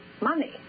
money